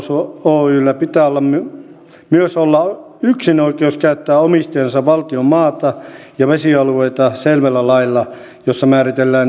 metsätalous oyllä pitää myös olla yksinoikeus käyttää omistajansa valtion maata ja vesialueita selvällä lailla jossa määritellään yhteiskunnalliset velvoitteet